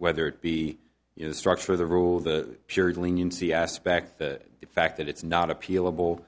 whether it be in the structure or the rule of the leniency aspect the fact that it's not appealable